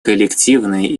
коллективные